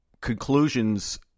conclusions